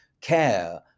care